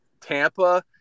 Tampa